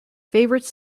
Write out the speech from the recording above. favorite